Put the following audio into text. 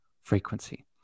frequency